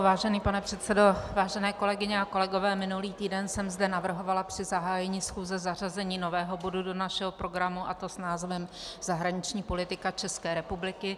Vážený pane předsedo, vážené kolegyně a kolegové, minulý týden jsem zde navrhovala při zahájení schůze zařazení nového bodu do našeho programu, a to s názvem Zahraniční politika České republiky.